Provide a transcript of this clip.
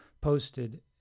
posted